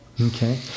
okay